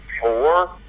four